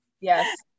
Yes